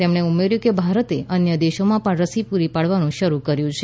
તેમણે ઉમેર્યું કે ભારતે અન્ય દેશોમાં પણ રસી પૂરી પાડવાનું શરૂ કર્યું છે